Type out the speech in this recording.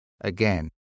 again